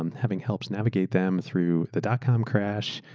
um having helped navigate them through the dot-com crash,